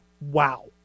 wow